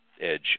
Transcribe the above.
edge